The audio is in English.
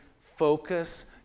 focus